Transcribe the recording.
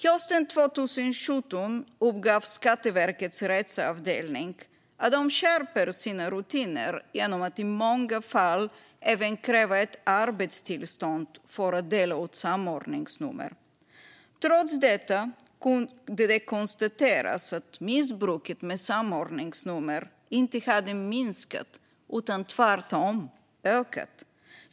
Hösten 2017 uppgav Skatteverkets rättsavdelning att de skulle skärpa sina rutiner genom att i många fall även kräva ett arbetstillstånd för att dela ut samordningsnummer. Trots detta kunde det konstateras att missbruket med samordningsnummer inte hade minskat, snarare tvärtom ökat.